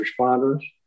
responders